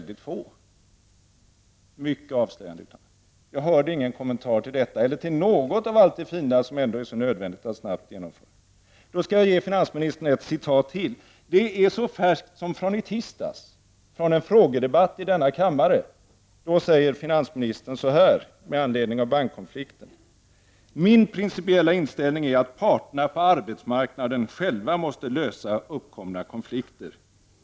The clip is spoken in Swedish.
Det var mycket avslöjande uttalanden. Jag hörde ingen kommentar till detta eller till något av allt det fina som är så nödvändigt att snabbt genomföra. Jag skall ge finansministern ett citat till, som är så färskt som från i tisdags. I en frågedebatt i denna kammare sade finansministern med anledning av bankkonflikten: ”Min principiella inställning är att parterna på arbetsmarkåste lösa uppkomna konflikter.